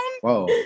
Whoa